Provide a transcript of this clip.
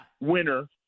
Winner